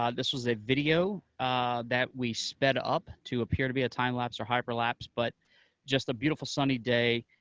um this was a video that we sped up to appear to be a time lapse or hyper lapse, but just a beautiful, sunny day,